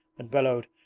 and bellowed,